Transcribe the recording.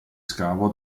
scavo